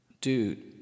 Dude